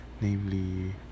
namely